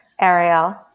Ariel